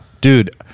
Dude